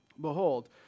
Behold